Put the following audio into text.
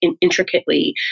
intricately